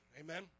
Amen